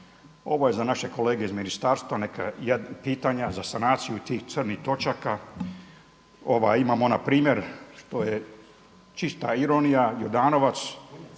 Ovo je za naše kolege iz ministarstva pitanja za sanaciju tih crnih točaka. Imamo npr. što je čista ironija Jordanovac